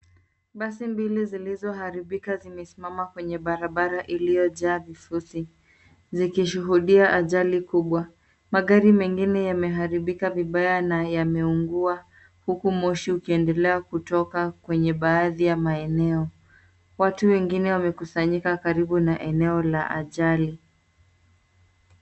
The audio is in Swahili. Basi mbili zilizoharibika zimesimama kwenye barabara iliyojaa vifusi zikishuhudia ajali kubwa. Magari mengine yameharibika vibaya na yameungua, huku moshi ukiendelea kutoka kwenye baadhi ya maeneo. Watu wengine wamekusanyika karibu na eneo la ajali.